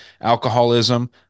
alcoholism